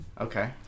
Okay